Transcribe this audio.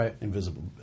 invisible